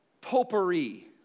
potpourri